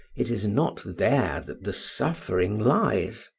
it is not there that the suffering lies.